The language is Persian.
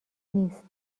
نیست